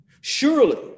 Surely